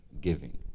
Giving